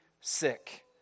sick